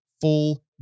full